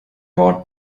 bought